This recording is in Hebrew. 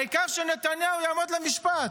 העיקר שנתניהו יעמוד למשפט.